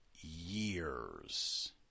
years